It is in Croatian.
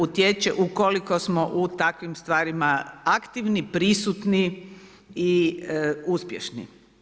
Utječe ukoliko smo u takvim stvarima aktivni, prisutni i uspješni.